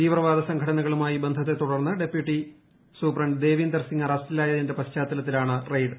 തീവ്രവാദ സംഘടനകളുമായുള്ള ബന്ധത്തെ തുടർന്ന് police deputy superintendent Davinder Singh അറസ്റ്റിലായതിന്റെ പശ്ചാത്തലത്തിലാണ് റെയ്ഡ്